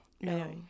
no